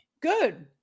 Good